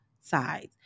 sides